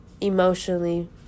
emotionally